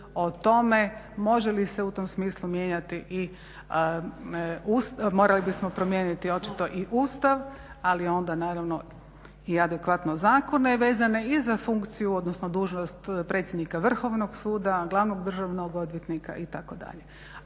morali bismo promijeniti očito i Ustav, ali onda naravno i adekvatno zakone vezane i za funkciju, odnosno dužnost predsjednika Vrhovnog suda, glavnog državnog odvjetnika itd.